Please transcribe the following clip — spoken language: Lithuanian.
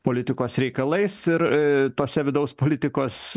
politikos reikalais ir tuose vidaus politikos